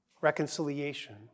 reconciliation